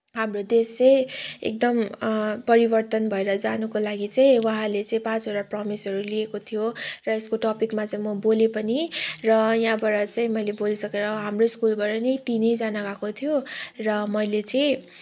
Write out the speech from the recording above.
हाम्रो देश चाहिँ एकदम परिवर्तन भएर जानुको लागि चाहिँ उहाँले चाहिँ पाँचवटा प्रमिसहरू लिएको थियो र यसको टपिकमा चाहिँ म बोलेँ पनि र यहाँबाट चाहिँ मैले बोलिसकेर हाम्रो स्कुलबाट नि तिनैजना गएको थियो र मैले चाहिँ